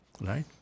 Right